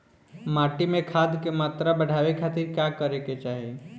माटी में खाद क मात्रा बढ़ावे खातिर का करे के चाहीं?